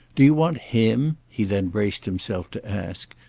do you want him, he then braced himself to ask,